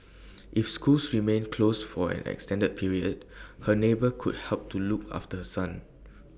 if schools remain close for an extended period her neighbour could help to look after her son